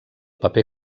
paper